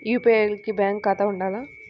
UPI కి bank ఖాతా ఉండాల?